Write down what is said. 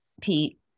pete